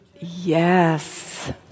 yes